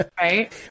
Right